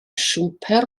siwmper